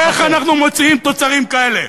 ואיך אנחנו מוציאים תוצרים כאלה?